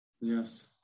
Yes